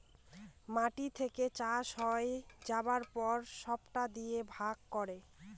মাটি থেকে চাষ হয়ে যাবার পর সরটার দিয়ে ভাগ করে